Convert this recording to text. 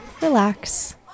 relax